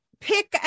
pick